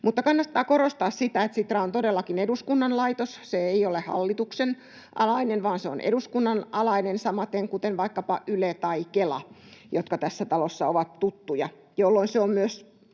Mutta kannattaa korostaa sitä, että Sitra on todellakin eduskunnan laitos. Se ei ole hallituksen alainen, vaan se on eduskunnan alainen, samaten kuin vaikkapa Yle tai Kela, jotka tässä talossa ovat tuttuja, jolloin se on myös